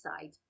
side